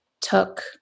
took